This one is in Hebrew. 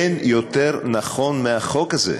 אין יותר נכון מהחוק הזה,